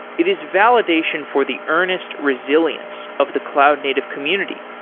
it is validation for the earnest resilience of the cloud native community,